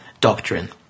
doctrine